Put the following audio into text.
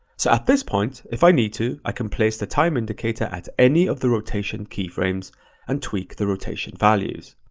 so at this point, if i need to, i can place the time indicator at any of the rotation keyframes and tweak the rotation values.